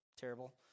terrible